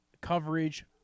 coverage